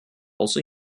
also